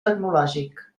tecnològic